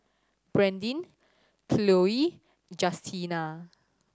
Brandin Khloe Justina